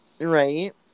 right